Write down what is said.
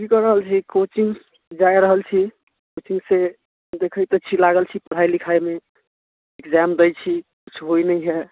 की कऽ रहल छी कोचिङ्ग जाय रहल छी अथीसँ देखैत तऽ छी लागल छी पढ़ाइ लिखाइमे इग्जाम दय छी किछु होय नहि है